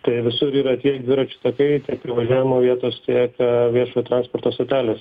tai visur yra tiek dviračių takai privažiavimo vietos tiek viešojo transporto stotelės